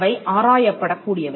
அவை ஆராயப்படக் கூடியவை